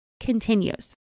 continues